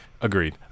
Agreed